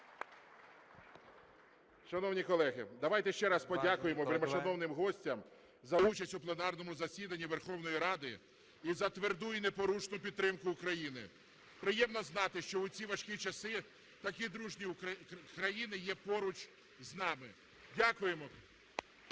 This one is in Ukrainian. Шановні колеги, давайте ще раз подякуємо іноземним гостям за участь у пленарному засіданні Верховної Ради і за тверду і непорушну підтримку України. Приємно знати, що у ці важкі часи такі дружні країни є поруч з нами. Дякуємо.